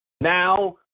Now